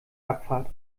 abfahrt